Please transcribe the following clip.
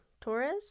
Torres